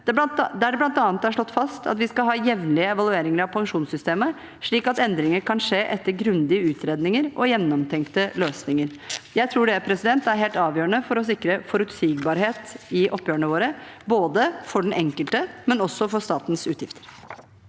der det bl.a. er slått fast at vi skal ha jevnlige evalueringer av pensjonssystemet, slik at endringer kan skje etter grundige utredninger og gjennomtenkte løsninger. Jeg tror det er helt avgjørende for å sikre forutsigbarhet i oppgjørene våre, både for den enkelte og også for statens utgifter.